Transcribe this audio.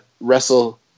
wrestle